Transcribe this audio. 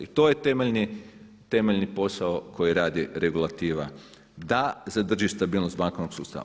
I to je temeljni posao koji radi regulativa da zadrži stabilnost bankovnog sustava.